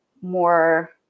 more